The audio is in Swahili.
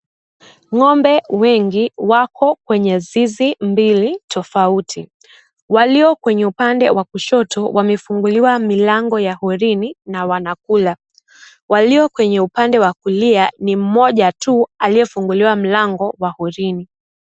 Ng'ombe wengi wako kwenye zizi mbili tofauti. Walio kwenye upande wa kushoto wamefunguliwa milango ya hulini na wanakula, walio kwenye upande wa kulia ni mmoja tu aliyefunguliwa mlango wa hulini.